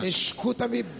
Escuta-me